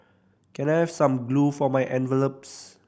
can I have some glue for my envelopes